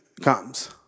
comes